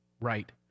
right